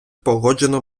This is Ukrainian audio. погоджено